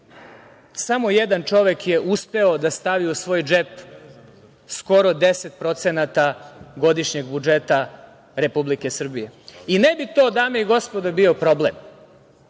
samo jedan čovek je uspeo da stavi u svoj džep skoro 10% godišnjeg budžeta Republike Srbije. Ne bi to, dame i gospodo, bio problem,